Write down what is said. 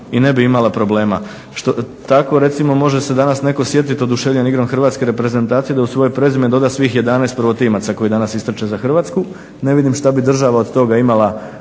i ne bi imala problema. Tako recimo može se danas netko sjetiti oduševljen igrom Hrvatske reprezentacije da uz svoje prezime doda svih 11 prvotimaca koji danas istrče za Hrvatsku. Ne vidim što bi država od toga imala